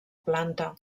planta